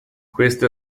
questa